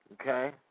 Okay